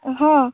ହଁ